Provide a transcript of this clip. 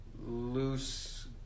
loose